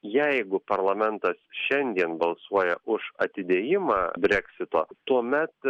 jeigu parlamentas šiandien balsuoja už atidėjimą breksito tuomet